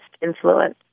influence